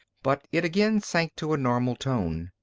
but it again sank to a normal tone.